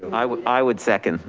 and i would i would second.